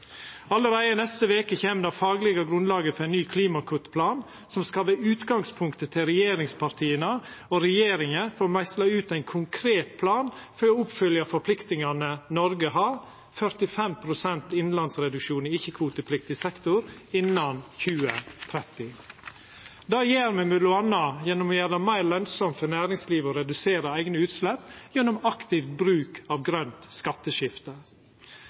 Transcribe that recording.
Allereie i neste veke kjem det faglege grunnlaget for ein ny klimakuttplan, som skal vera utgangspunktet for regjeringspartia og regjeringa for å meisla ut ein konkret plan for å oppfylla forpliktingane Noreg har: 45 pst. innanlands reduksjon i ikkje-kvotepliktig sektor innan 2030. Det gjer me m.a. gjennom å gjera det meir lønsamt for næringslivet å redusera eigne utslepp, gjennom aktiv bruk av grønt skatteskifte.